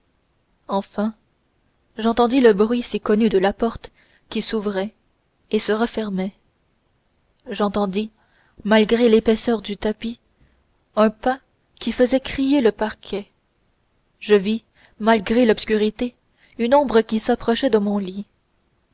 enfin j'entendis le bruit si connu de la porte qui s'ouvrait et se refermait j'entendis malgré l'épaisseur du tapis un pas qui faisait crier le parquet je vis malgré l'obscurité une ombre qui approchait de mon lit